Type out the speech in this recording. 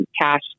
cash